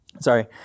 Sorry